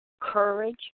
courage